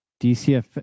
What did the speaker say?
DCF